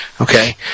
okay